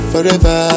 Forever